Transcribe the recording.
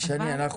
שני אנחנו